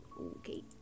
Okay